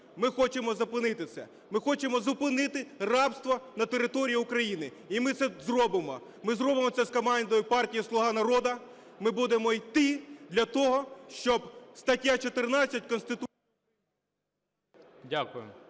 Ми хочемо зупинити це. Ми хочемо зупинити рабство на території України і ми це зробимо. Ми зробимо це з командою партії "Слуга народу". Ми будемо йти для того, щоб стаття 14 Конституції…